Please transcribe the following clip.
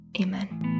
Amen